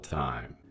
time